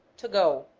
to go,